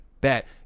Bet